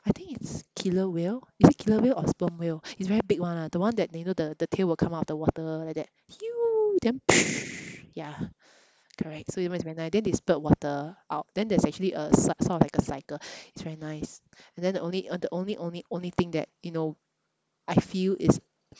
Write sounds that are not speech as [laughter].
I think it's killer whale is it killer whale or sperm whale it's very big one lah the one that you know the the tail will come out of the water like that [noise] then [noise] ya correct so it was very nice then they spurt water out then there's actually a s~ sort of like a cycle it's very nice and then the only the only only only thing that you know I feel is